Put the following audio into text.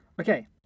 Okay